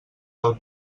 del